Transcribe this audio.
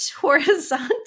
horizontal